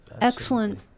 Excellent